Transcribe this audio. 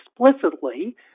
explicitly